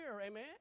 amen